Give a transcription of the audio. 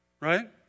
Right